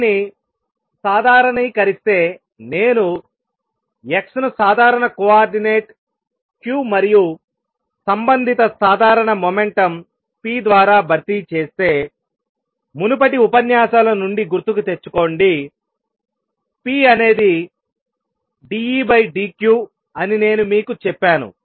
దీన్ని సాధారణీకరిస్తే నేను x ను సాధారణ కోఆర్డినేట్ q మరియు సంబంధిత సాధారణ మొమెంటం p ద్వారా భర్తీ చేస్తే మునుపటి ఉపన్యాసాల నుండి గుర్తుకు తెచ్చుకోండి p అనేది dEd q అని నేను మీకు చెప్పాను